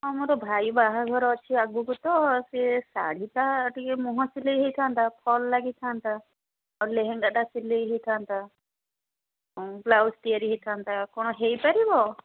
ହଁ ମୋର ଭାଇ ବାହାଘର ଅଛି ଆଗକୁ ତ ସିଏ ଶାଢ଼ୀଟା ଟିକେ ମୁହଁ ସିଲେଇ ହେଇଥାନ୍ତା ଫଲ୍ ଲାଗିଥାନ୍ତା ଆଉ ଲେହେଙ୍ଗାଟା ସିଲେଇ ହେଇଥାନ୍ତା ବ୍ଲାଉଜ୍ ତିଆରି ହେଇଥାନ୍ତା ଆଉ କ'ଣ ହେଇପାରିବ